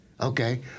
Okay